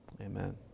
Amen